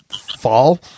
fall